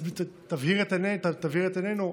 תבהיר לנו,